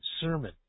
Sermon